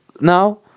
now